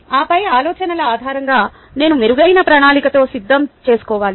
ఆపై ఆలోచనల ఆధారంగా నేను మెరుగైన ప్రణాళికతో సిద్దంచేస్కోవాలి